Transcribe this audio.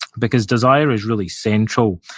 because desire is really central.